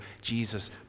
Jesus